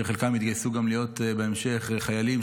שחלקם יתגייסו גם בהמשך להיות חיילים,